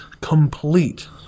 complete